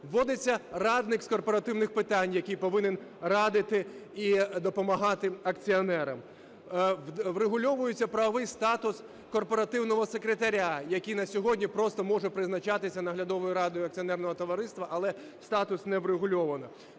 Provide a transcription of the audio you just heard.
Вводиться радник з корпоративних питань, який повинен радити і допомагати акціонерам. Врегульовується правовий статус корпоративного секретаря, який на сьогодні просто може призначатися наглядовою радою акціонерного товариства, але статус не врегульовано.